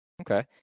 okay